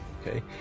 Okay